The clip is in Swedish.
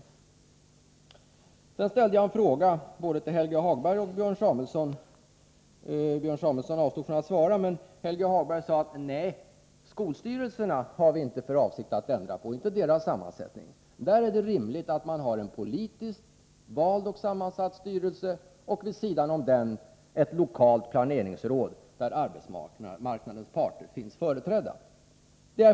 Jag ställde vidare en fråga både till Helge Hagberg och Björn Samuelson. Björn Samuelson avstod från att svara, men Helge Hagberg sade: Nej, vi har inte för avsikt att ändra på skolstyrelsernas sammansättning. I det avseendet är det rimligt att ha en politiskt vald och sammansatt styrelse och vid sidan av den ett lokalt planeringsråd, där arbetsmarknadens parter är företrädda.